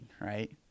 right